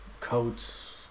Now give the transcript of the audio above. coats